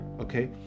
okay